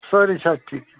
سٲری چھا ٹھیٖک